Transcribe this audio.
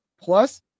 plus